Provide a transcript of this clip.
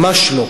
ממש לא.